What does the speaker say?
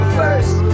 first